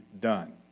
done